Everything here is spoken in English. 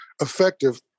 effective